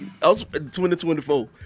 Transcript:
2024